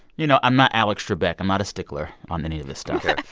you know, i'm not alex trebek. i'm not a stickler on any of this stuff yeah